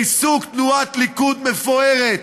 בריסוק תנועת ליכוד מפוארת,